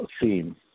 theme